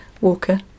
Walker